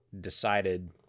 decided